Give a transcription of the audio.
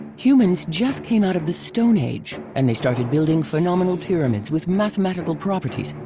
humans just came out of the stone age and they started building phenomenal pyramids with mathematical properties,